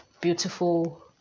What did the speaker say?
beautiful